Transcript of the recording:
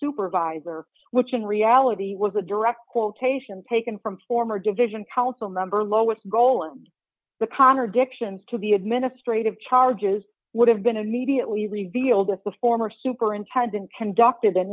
supervisor which in reality was a direct quotation taken from former division council member lois goal and the contradictions to be administrative charges would have been immediately revealed if the former superintendent conducted an